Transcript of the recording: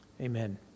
amen